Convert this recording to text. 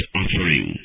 offering